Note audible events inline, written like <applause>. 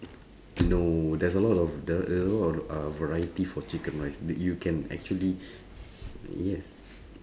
no there's a lot of the~ there's uh lot of variety of chicken rice that you can actually <breath> yes